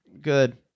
Good